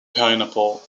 pineapple